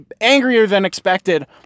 angrier-than-expected